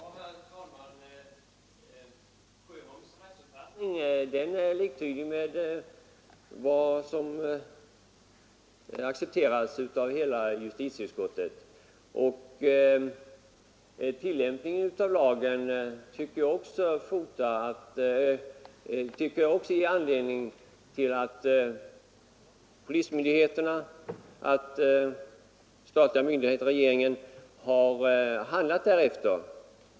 Herr Sjöholms rättsuppfattning är samstämmig med vad som accepteras av hela justitieutskottet, och jag tycker också att tillämpningen av lagen visar att regeringen, polismyndigheterna och andra statliga myndigheter har handlat därefter.